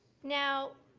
now,